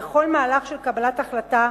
בכל מהלך של קבלת החלטה,